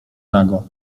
nago